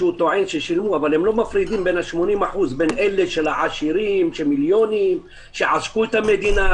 הם לא מפרידים בין העשירים של מיליונים שעשקו את המדינה,